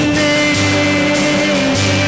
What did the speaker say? name